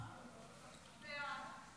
ההצעה להעביר